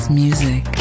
music